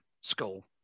school